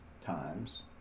times